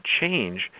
change